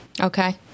Okay